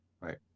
Right